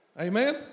Amen